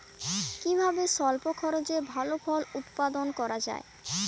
কিভাবে স্বল্প খরচে ভালো ফল উৎপাদন করা যায়?